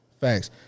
facts